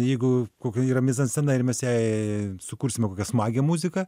jeigu kokia yra mizanscena ir mes jai sukursime kokią smagią muziką